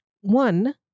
One